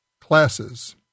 classes